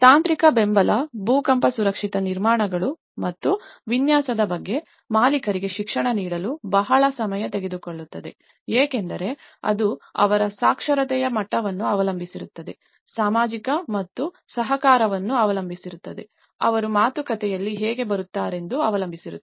ತಾಂತ್ರಿಕ ಬೆಂಬಲ ಭೂಕಂಪ ಸುರಕ್ಷಿತ ನಿರ್ಮಾಣಗಳು ಮತ್ತು ವಿನ್ಯಾಸದ ಬಗ್ಗೆ ಮಾಲೀಕರಿಗೆ ಶಿಕ್ಷಣ ನೀಡಲು ಬಹಳ ಸಮಯ ತೆಗೆದುಕೊಳ್ಳುತ್ತದೆ ಏಕೆಂದರೆ ಅದು ಅವರ ಸಾಕ್ಷರತೆಯ ಮಟ್ಟವನ್ನು ಅವಲಂಬಿಸಿರುತ್ತದೆ ಸಾಮಾಜಿಕ ಮತ್ತು ಸಹಕಾರವನ್ನು ಅವಲಂಬಿಸಿರುತ್ತದೆ ಅವರು ಮಾತುಕತೆಯಲ್ಲಿ ಹೇಗೆ ಬರುತ್ತಾರೆ0ದು ಅವಲಂಬಿಸಿರುತ್ತದೆ